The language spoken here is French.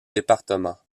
département